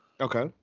Okay